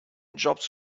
jobs